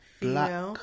black